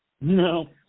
No